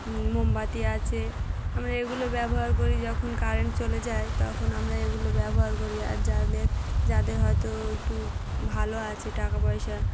মোমবাতি আছে আমরা এগুলো ব্যবহার করি যখন কারেন্ট চলে যায় তখন আমরা এগুলো ব্যবহার করি আর যাদের যাদের হয়তো একটু ভালো আছে টাকা পয়সা